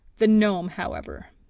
the gnome, however,